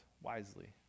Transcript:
wisely